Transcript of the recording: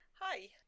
Hi